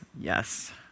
Yes